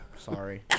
Sorry